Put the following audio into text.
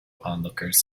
onlookers